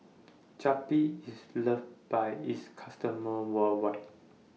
Zappy IS loved By its customers worldwide